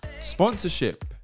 Sponsorship